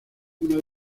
una